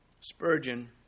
Spurgeon